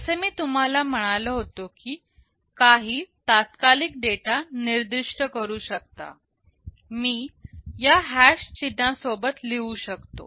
जसे मी तुम्हाला म्हणालो होतो की काही तात्कालिक डेटा निर्दिष्ट करू शकता मी या हॅश चिन्हा सोबत लिहू शकतो